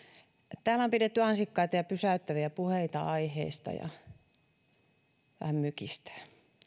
täällä on pidetty ansiokkaita ja pysäyttäviä puheita eri aiheista ja vähän mykistää